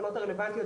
התקנות הרלוונטיות,